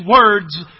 words